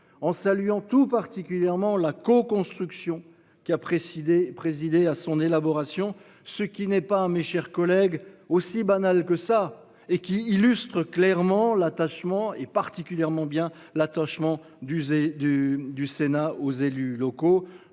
en saluant tout particulièrement la co-construction qui a précédé présidé à son élaboration, ce qui n'est pas un mes chers collègues, aussi banale que ça et qui illustre clairement l'attachement et particulièrement bien l'attachement d'user du du Sénat aux élus locaux,